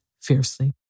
fiercely